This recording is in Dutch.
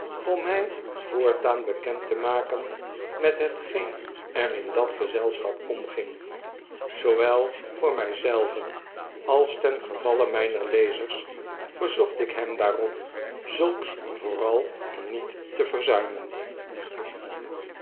om mij voortaan bekend te maken met hetgeen er in dat gezelschap omging zoowel voor mij zelven als ten gevalle mijner lezers verzocht ik hem daarop zulks vooral niet te